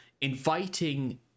inviting